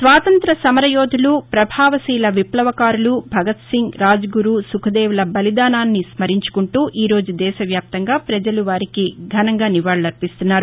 స్వాతంత్ర్య సమరయోధులు ప్రభావశీల విష్లవకారులు భగత్సింగ్ రాజ్ గురు సుఖ్దేవ్ల బలిదానాన్ని స్మరించుకుంటూ ఈ రోజు దేశవ్యాప్తంగా పజలు వారికి ఘనంగా నివాళులర్పిస్తున్నారు